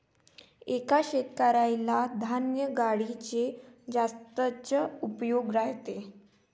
एका शेतकऱ्याला धान्य गाडीचे जास्तच उपयोग राहते